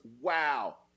wow